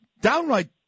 downright